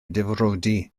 difrodi